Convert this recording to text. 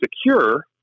secure